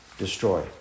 destroy